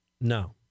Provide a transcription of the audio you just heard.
No